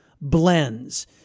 blends